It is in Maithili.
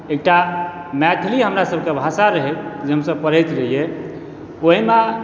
एकटा मैथिली हमरा सबके भाषा रहै जे हमसब पढ़ैत रहियै ओहिमे